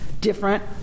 different